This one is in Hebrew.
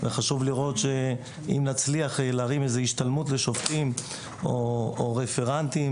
חשוב לראות שאם נצליח להרים השתלמות לשופטים או רפרנטים